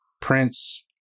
Prince